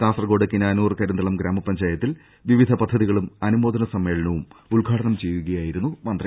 കാസർകോട് കിനാനൂർ കരിന്തളം ഗ്രാമപഞ്ചായ ത്തിൽ വിവിധ പദ്ധതികളും അനുമോദന സമ്മേളനവും ഉദ്ഘാടനം ചെയ്യുകയായിരുന്നു മന്ത്രി